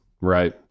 right